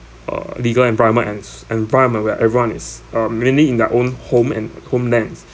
uh legal and primer ens environment where everyone is uh mainly in their own home and homelands